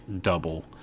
double